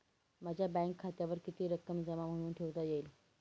माझ्या बँक खात्यावर किती रक्कम जमा म्हणून ठेवता येईल?